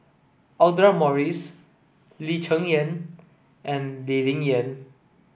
Audra Morrice Lee Cheng Yan and Lee Ling Yen